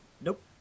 Nope